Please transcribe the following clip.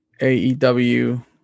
AEW